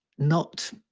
not